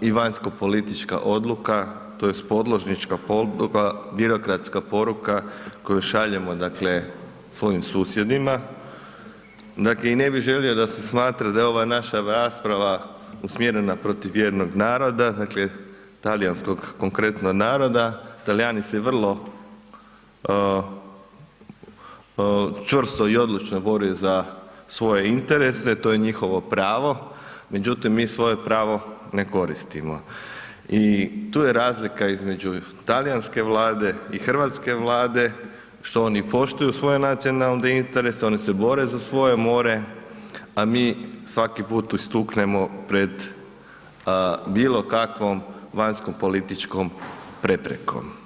i vanjskopolitička odluka tj. podložnička … [[Govornik se ne razumije]] birokratska poruka koju šaljemo, dakle, svojim susjedima, dakle, i ne bi želio da se smatra da je ova naša rasprava usmjerena protiv jednog naroda, dakle, talijanskog konkretno naroda, Talijani se vrlo čvrsto i odlučno bore za svoje interese, to je njihovo pravo, međutim mi svoje pravo ne koristimo i tu je razlika između talijanske Vlade i hrvatske Vlade, što oni poštuju svoje nacionalne interese, oni se bore za svoje more, a mi svaki put ustuknemo pred bilo kakvom vanjskopolitičkom preprekom.